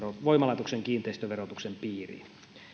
voimalaitoksen kiinteistöverotuksen piiriin